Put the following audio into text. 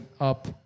up